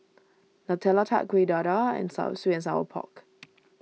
Nutella Tart Kueh Dadar and Sweet and Sour Pork